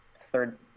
third